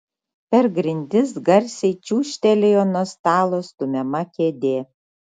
per grindis garsiai čiūžtelėjo nuo stalo stumiama kėdė